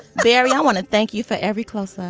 very i want to thank you for every close ah